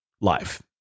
life